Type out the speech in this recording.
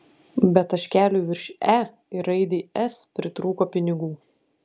bet taškeliui virš e ir raidei s pritrūko pinigų